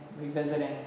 revisiting